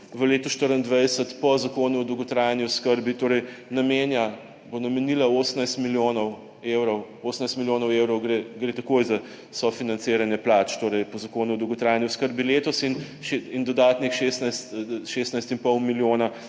v letu 2024 po Zakonu o dolgotrajni oskrbi namenja, bo namenilo 18 milijonov evrov. 18 milijonov evrov gre takoj za sofinanciranje plač po Zakonu o dolgotrajni oskrbi letos in dodatnih 16, 16,5 milijona